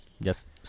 Yes